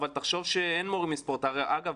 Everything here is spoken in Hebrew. אבל תחשוב שאין מורים לספורט אגב,